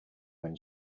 when